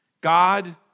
God